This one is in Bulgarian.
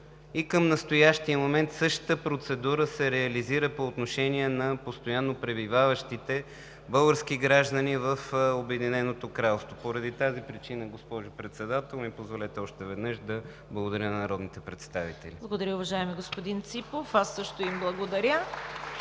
И към настоящия момент същата процедура се реализира по отношение на постоянно пребиваващите български граждани в Обединеното кралство. Поради тази причина, госпожо Председател, ми позволете още веднъж да благодаря на народните представители! ПРЕДСЕДАТЕЛ ЦВЕТА КАРАЯНЧЕВА: Благодаря, уважаеми господин Ципов. Аз също им благодаря.